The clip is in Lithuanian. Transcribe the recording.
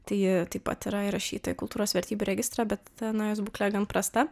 tai ji taip pat yra įrašyta į kultūros vertybių registrą bet tenai jos būklė gan prasta